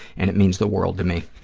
and it means the world to me.